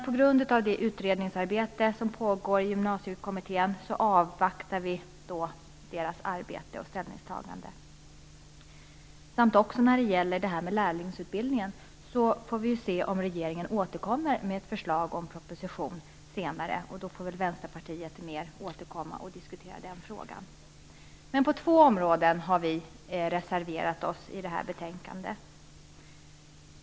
På grund av att utredningsarbete pågår i Gymnasiekommittén avvaktar vi dock dess arbete och ställningstagande. Också när det gäller lärlingsutbildningen får vi se om regeringen återkommer med ett förslag och en proposition senare, och då får Vänsterpartiet återkomma och diskutera den frågan. På två områden har vi reserverat oss till det här betänkandet.